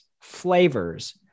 flavors